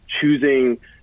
choosing